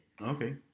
Okay